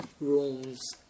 rooms